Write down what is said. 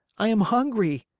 i am hungry.